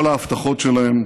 כל ההבטחות שלהם